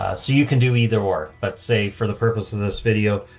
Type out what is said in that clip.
ah so you can do either work, but say for the purpose of this video,